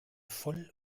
voll